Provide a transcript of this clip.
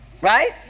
Right